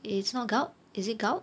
it is not gout is it gout